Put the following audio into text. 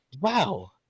Wow